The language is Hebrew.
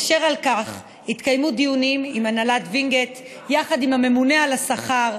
אשר על כן התקיימו דיונים עם הנהלת וינגייט יחד עם הממונה על השכר,